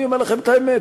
אני אומר לכם את האמת,